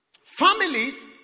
Families